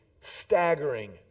staggering